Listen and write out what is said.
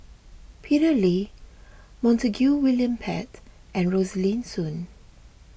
Peter Lee Montague William Pett and Rosaline Soon